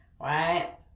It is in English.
right